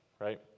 Right